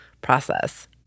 process